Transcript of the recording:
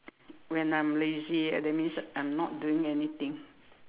when I'm lazy that means I'm not doing anything